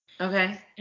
Okay